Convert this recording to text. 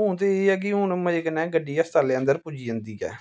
हून ते एह् ऐ कि हून मज़े कन्ने गड्डी हस्पताले अन्दर पुज्जी जंदी ऐ